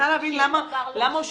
שום דבר לא חיוני.